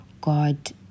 God